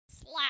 Slap